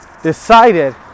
Decided